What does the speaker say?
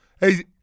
Hey